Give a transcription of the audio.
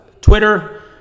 Twitter